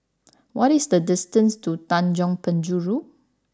what is the distance to Tanjong Penjuru